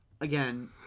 again